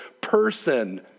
person